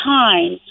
time